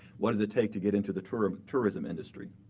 what does it take to get into the tourism tourism industry?